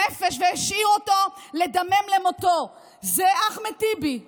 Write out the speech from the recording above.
נפש, והשאיר אותו לדמם למותו, הוא אחמד טיבי.